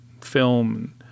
film